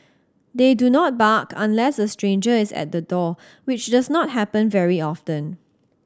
they do not bark unless a stranger is at the door which does not happen very often